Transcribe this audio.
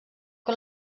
que